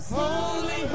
holy